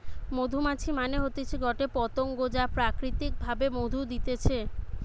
মধুমাছি মানে হতিছে গটে পতঙ্গ যা প্রাকৃতিক ভাবে মধু দিতেছে